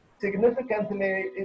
significantly